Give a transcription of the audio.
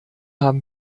haben